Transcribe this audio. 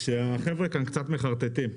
קצת מחרטטים.